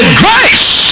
grace